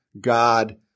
God